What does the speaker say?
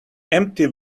empty